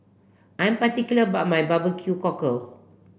I'm particular about my barbecue cockle